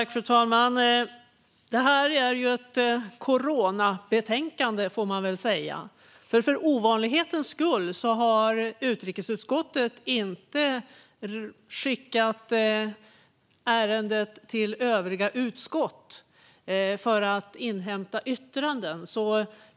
Fru talman! Detta är ett coronabetänkande, får man väl säga. För ovanlighetens skull har utrikesutskottet inte skickat ärendet till övriga utskott för att inhämta yttranden.